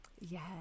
Yes